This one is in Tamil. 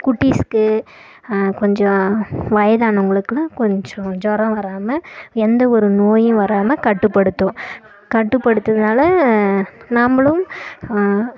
குட்டீஸ்க்கு கொஞ்சம் வயதானவங்களுக்குனு கொஞ்சம் ஜுரம் வராமல் எந்த ஒரு நோயும் வராமல் கட்டுப்படுத்தும் கட்டுப்படுத்துறதுனால் நம்பளும்